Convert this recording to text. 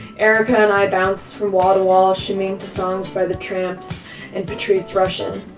erica and i bounce from wall to wall shimmying to songs by the trammps and patrice rushen.